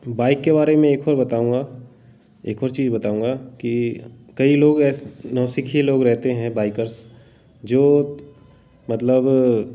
bike के बारे में एक और बताऊंगा एक और चीज़ बताऊंगा कि कई लोग ऐसे नौसिखिये लोग रहते हैं बाइकर्स जो मतलब